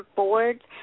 boards